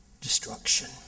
destruction